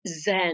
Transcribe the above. zen